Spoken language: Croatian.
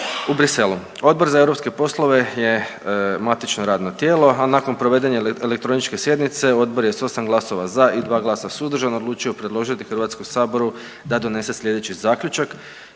u Briselu. Odbor za europske poslove je matično radno tijelo, a nakon provedene elektroničke sjednice odbor je s 8 glasova za i 2 glasa suzdržana odlučio predložiti HS da donese slijedeći zaključak: